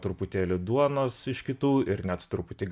truputėlį duonos iš kitų ir net truputį